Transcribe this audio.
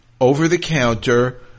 over-the-counter